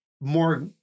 more